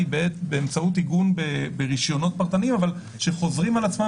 היא באמצעות עיגון ברישיונות פרטניים שחוזרים על עצמם